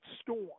storm